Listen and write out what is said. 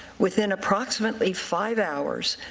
within approximately five hours,